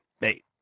Hey